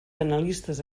analistes